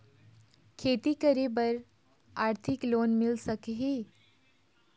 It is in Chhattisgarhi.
खेती करे बर आरथिक लोन मिल सकही?